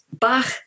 Bach